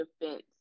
defense